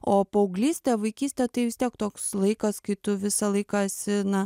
o paauglystė vaikystė tai vis tiek toks laikas kai tu visą laiką esi na